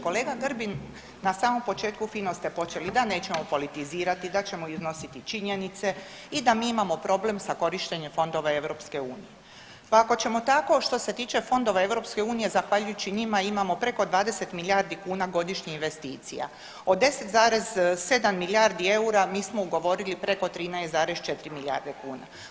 Kolega Grbin na samom početku fino ste počeli da nećemo politizirati, da ćemo iznositi činjenice i da mi imamo problem sa korištenjem fondova EU, pa ako ćemo tako što se tiče fondova EU zahvaljujući njima imamo preko 20 milijardi kuna godišnje investicija, od 10,7 milijardi eura mi smo ugovorili preko 13,4 milijarde kuna.